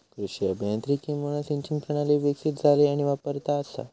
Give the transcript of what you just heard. कृषी अभियांत्रिकीमुळा सिंचन प्रणाली विकसीत झाली आणि वापरात असा